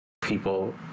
people